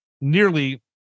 nearly